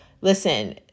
listen